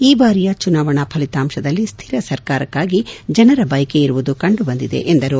ಈ ಬಾರಿಯ ಚುನಾವಣಾ ಫಲಿತಾಂಶದಲ್ಲಿ ಸ್ಥಿರ ಸರ್ಕಾರಕ್ಕಾಗಿ ಜನರ ಬಯಕೆ ಇರುವುದು ಕಂಡುಬಂದಿದೆ ಎಂದರು